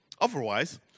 Otherwise